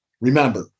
remember